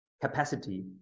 capacity